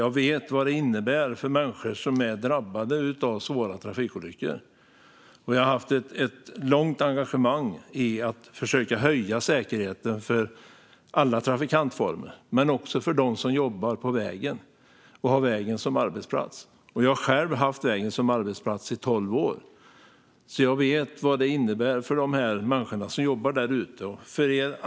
Jag vet vad det innebär för människor som är drabbade av svåra trafikolyckor, och jag har haft ett långt engagemang i att försöka höja säkerheten för alla former av trafikanter men också för dem som jobbar på vägen och har vägen som arbetsplats. Jag har själv haft vägen som arbetsplats i tolv år, så jag vet vad det innebär för de människor som jobbar där ute.